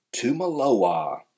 Tumaloa